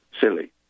silly